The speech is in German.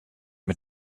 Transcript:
mit